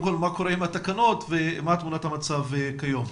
מה קורה עם התקנות ומה תמונת המצב כיום.